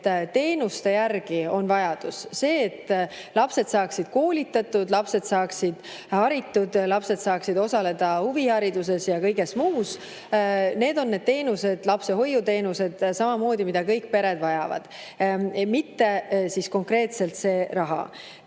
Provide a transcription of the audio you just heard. et teenuste järgi on vajadus, et lapsed saaksid koolitatud, lapsed saaksid haritud, lapsed saaksid osaleda huvihariduses ja kõiges muus. Need on need teenused – lapsehoiuteenused samamoodi –, mida kõik pered vajavad, mitte konkreetselt raha.